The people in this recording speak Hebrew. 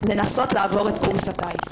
לנסות לעבור את קורס הטיס.